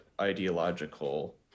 ideological